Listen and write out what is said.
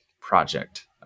project